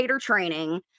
training